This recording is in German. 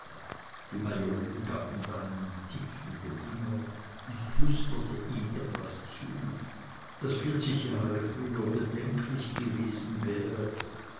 die majorin gab ihm dann einen tipp mit dem finger und flüsterte ihm etwas zu das vierzig jahre früher bedenklich gewesen wäre